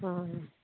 অঁ